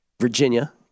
Virginia